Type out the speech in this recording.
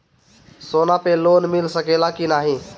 सोना पे लोन मिल सकेला की नाहीं?